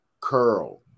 curl